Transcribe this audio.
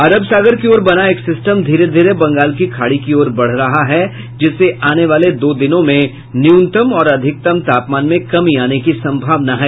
अरब सागर की ओर बना एक सिस्टम धीरे धीरे बंगाल की खाड़ी की ओर बढ़ रहा है जिससे आने वाले दो दिनों में न्यूनतम और अधिकतम तापमान में कमी आने की संभावना है